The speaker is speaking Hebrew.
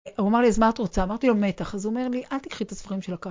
הוא אמר לי אז מה את רוצה, אמרתי לו מתח, אז הוא אומר לי אל תקחי את הספרים שלקחתי.